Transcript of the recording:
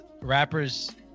rappers